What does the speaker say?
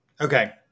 Okay